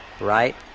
right